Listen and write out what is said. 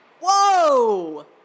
Whoa